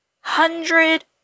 hundred